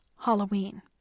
Halloween